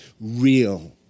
Real